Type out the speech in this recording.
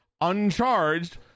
uncharged